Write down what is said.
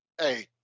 hey